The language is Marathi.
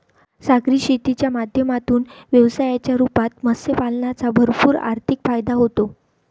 सागरी शेतीच्या माध्यमातून व्यवसायाच्या रूपात मत्स्य पालनाचा भरपूर आर्थिक फायदा होतो